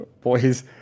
Boys